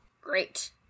Great